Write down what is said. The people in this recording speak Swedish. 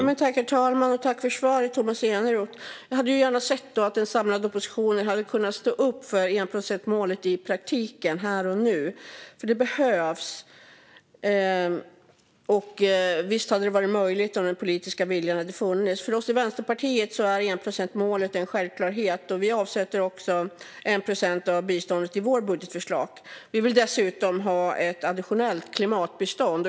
Herr talman! Tack för svaret, Tomas Eneroth! Jag hade gärna sett att den samlade oppositionen hade kunnat stå upp för enprocentsmålet i praktiken, här och nu, för det behövs. Visst hade det varit möjligt om den politiska viljan hade funnits. För oss i Vänsterpartiet är enprocentsmålet en självklarhet, och vi avsätter också 1 procent i vårt budgetförslag. Vi vill dessutom ha ett additionellt klimatbistånd.